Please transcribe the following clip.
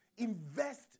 Invest